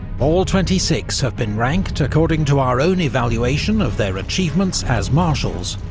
all twenty six have been ranked according to our own evaluation of their achievements as marshals,